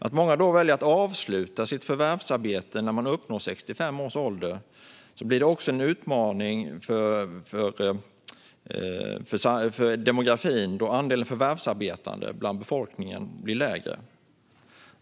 När många då väljer att avsluta sitt förvärvsarbete när de uppnår 65 års ålder blir det en utmaning för demografin, då andelen förvärvsarbetande i befolkningen blir mindre.